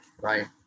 right